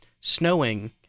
Snowing